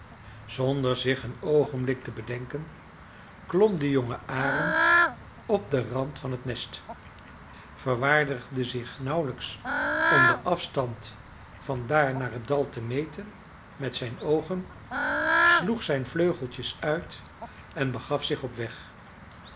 zonder zich een oogenblik te bedenken klom de jonge arend op den rand van het nest verwaardigde zich nauwelijks om den afstand van daar naar het dal te meten met zijn oogen sloeg zijn vleugeltjes uit en begaf zich op weg